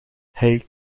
hij